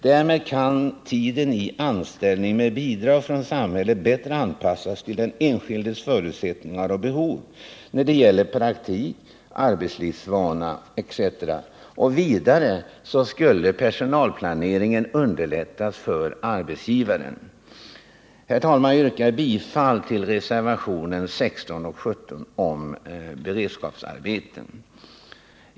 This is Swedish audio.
Därmed kan tiden i anställning med bidrag från samhället bättre anpassas till den enskildes förutsättningar och behov när det gäller praktik, arbetslivsvana etc. Vidare skulle personalplaneringen underlättas för arbetsgivaren. Herr talman! Jag yrkar bifall till reservationerna 16 och 17 om beredskapsarbeten.